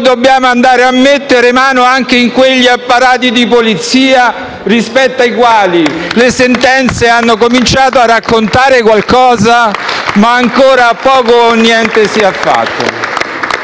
dobbiamo andare a mettere mano anche in quegli apparati di polizia rispetto ai quali le sentenze hanno cominciato a raccontare qualcosa, ma ancora poco o niente si è fatto.